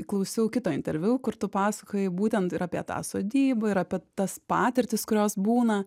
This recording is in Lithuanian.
klausiau kito interviu kur tu pasakoji būtent ir apie tą sodybą ir apie tas patirtis kurios būna